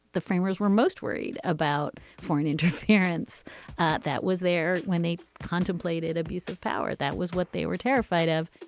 the framers were most worried about foreign interference that was there when they contemplated abuse of power. that was what they were terrified of